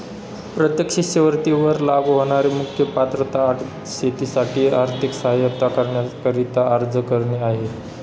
प्रत्येक शिष्यवृत्ती वर लागू होणारी मुख्य पात्रता अट शेतीसाठी आर्थिक सहाय्यता करण्याकरिता अर्ज करणे आहे